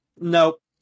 Nope